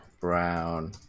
Brown